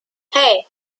hey